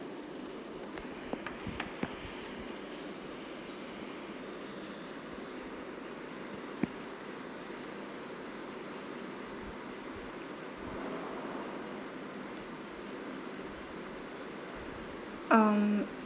um